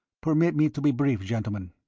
permit me to be brief, gentlemen.